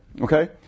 Okay